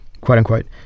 quote-unquote